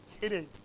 kidding